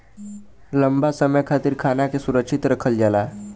लंबा समय खातिर खाना के सुरक्षित रखल जाला